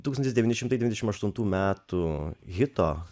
tūkstantis devyni šimtai dvidešim aštuntų metų hito